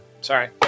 Sorry